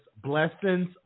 blessings